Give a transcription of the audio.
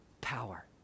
power